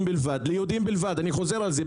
בלבד ליהודים בלבד; אני חוזר על זה,